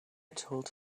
told